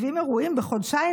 70 אירועים בחודשיים,